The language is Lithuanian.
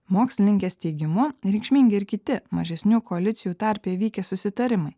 mokslininkės teigimu reikšmingi ir kiti mažesnių koalicijų tarpe įvykę susitarimai